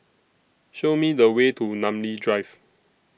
Show Me The Way to Namly Drive